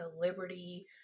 liberty